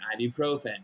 ibuprofen